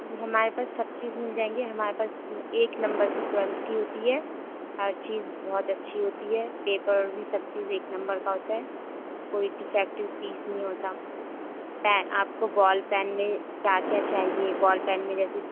جی ہمارے پاس سب چیز مل جائے گی ہمارے پاس ایک نمبر کی کوالٹی ہوتی ہے ہر چیز بہت اچھی ہوتی ہے پیپر بھی سب چیز ایک نمبر کا ہوتا ہے کوئی ڈیفکٹیو پیس نہیں ہوتا آپ کو بال پین میں کیا کیا چاہیے بال پین میں جیسے